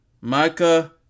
Micah